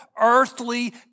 earthly